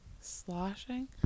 Sloshing